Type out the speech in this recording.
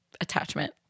attachment